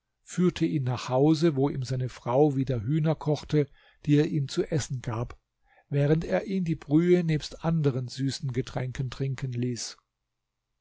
führte ihn nach hause wo ihm seine frau wieder hühner kochte die er ihm zu essen gab während er ihn die brühe nebst anderen süßen getränken trinken ließ